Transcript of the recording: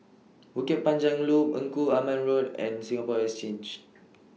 Bukit Panjang Loop Engku Aman Road and Singapore Exchange